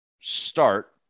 start